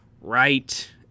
right